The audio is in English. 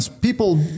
People